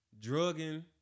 drugging